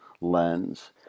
lens